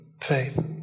faith